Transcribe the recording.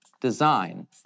design